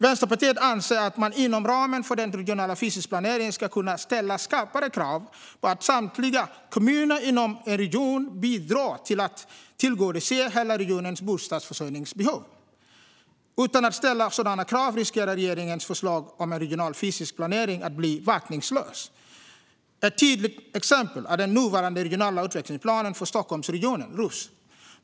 Vänsterpartiet anser att man inom ramen för den regionala fysiska planeringen ska kunna ställa skarpare krav på att samtliga kommuner inom en region bidrar till att tillgodose hela regionens bostadsförsörjningsbehov. Utan sådana krav riskerar regeringens förslag om en regional fysisk planering att bli verkningslöst. Ett tydligt exempel är den nuvarande regionala utvecklingsplanen för Stockholmsregionen, RUFS.